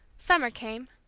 summer came,